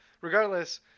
regardless